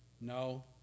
No